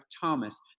Thomas